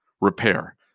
repair